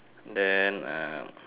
then uh